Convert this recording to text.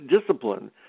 discipline